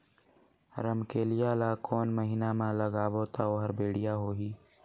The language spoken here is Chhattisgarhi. रमकेलिया ला कोन महीना मा लगाबो ता ओहार बेडिया होही?